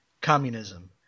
communism